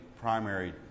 primary